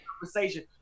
conversation